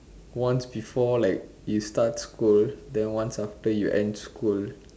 once before like you start school then one after you end school